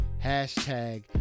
Hashtag